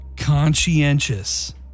Conscientious